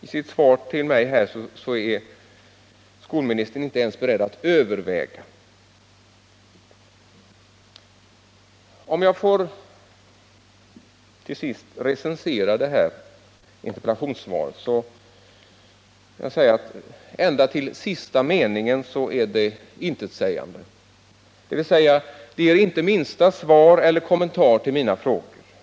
I sitt svar till mig är skolministern inte ens beredd att överväga saken. Om jag till sist får recensera detta interpellationssvar kan jag säga att ända till sista meningen är det intetsägande. Det ger inte minsta svar på eller kommentar till mina frågor.